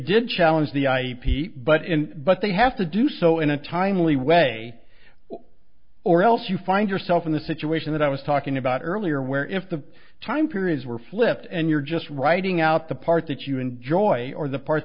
didn't challenge the ip but in but they have to do so in a timely way or else you find yourself in the situation that i was talking about earlier where if the time periods were flipped and you're just writing out the parts that you enjoy or the part